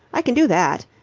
i can do that.